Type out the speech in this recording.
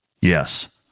Yes